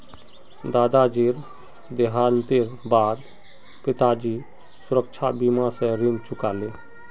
दादाजीर देहांतेर बा द पिताजी सुरक्षा बीमा स ऋण चुका ले